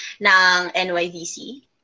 NYVC